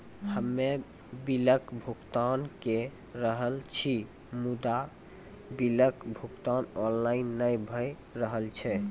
हम्मे बिलक भुगतान के रहल छी मुदा, बिलक भुगतान ऑनलाइन नै भऽ रहल छै?